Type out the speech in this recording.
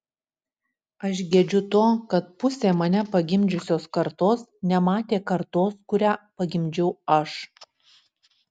aš gedžiu to kad pusė mane pagimdžiusios kartos nematė kartos kurią pagimdžiau aš